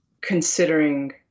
considering